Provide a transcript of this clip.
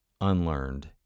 unlearned